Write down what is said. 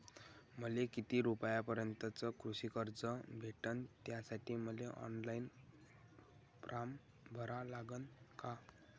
मले किती रूपयापर्यंतचं कृषी कर्ज भेटन, त्यासाठी मले ऑनलाईन फारम भरा लागन का?